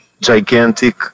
gigantic